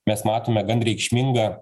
mes matome gan reikšmingą